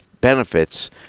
benefits